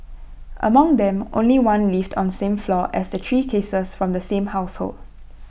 among them only one lived on same floor as the three cases from the same household